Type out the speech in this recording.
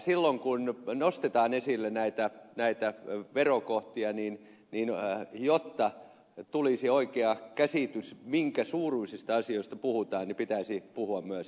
silloin kun nostetaan esille näitä verokohtia niin jotta tulisi oikea käsitys minkä suuruisista asioista puhutaan pitäisi puhua myös euroista